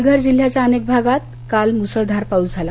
पालघर जिल्ह्याच्या अनेक भागात काल मुसळधार पाऊस झाला